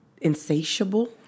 insatiable